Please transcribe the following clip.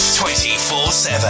24-7